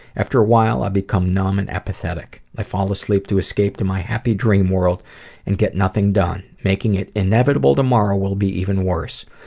after a while, i become numb and apathetic. i fall sleep to escape to my dream world and get nothing done making it inevitable tomorrow will be even worse.